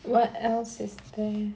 what else is there